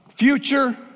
Future